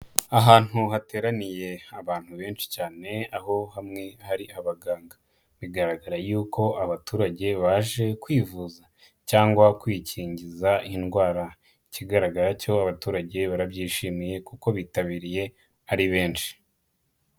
Ahantu hateraniye abantu benshi cyane aho hamwe hari abaganga bigaragara yuko abaturage baje kwivuza cyangwa kwikingiza indwara, ikigaragara cyo abaturage barabyishimiye kuko bitabiriye ari benshi.